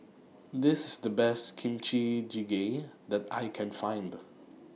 This IS The Best Kimchi Jjigae that I Can Find